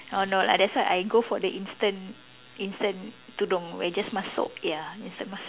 oh no lah that's why I go for the instant instant tudung where you just masuk ya instant masuk